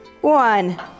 one